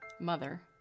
mother